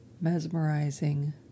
mesmerizing